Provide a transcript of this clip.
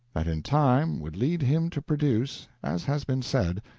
that in time would lead him to produce, as has been said,